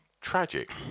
tragic